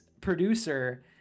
producer